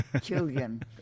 children